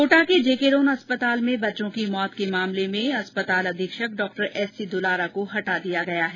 कोटा के जेके लोन अस्पताल में बच्चों की मौत मामले में अस्पताल अधीक्षक डॉ एससी दुलारा को हटा दिया गया है